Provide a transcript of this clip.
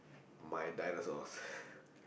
my dinosaurs ppl